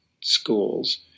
schools